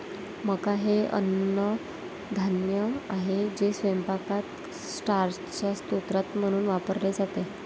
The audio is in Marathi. मका हे अन्नधान्य आहे जे स्वयंपाकात स्टार्चचा स्रोत म्हणून वापरले जाते